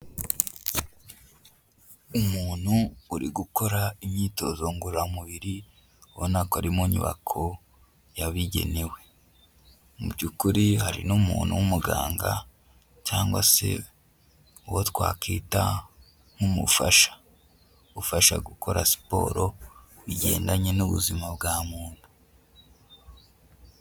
Umuntu uri gukora imyitozo ngororamubiri ubona ko ari mu nyubako yabigenewe. Mu by'ukuri hari n'umuntu w'umuganga cyangwa se uwo twakwita nk'umufasha ufasha gukora siporo bigendanye n'ubuzima bwa muntu.